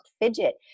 fidget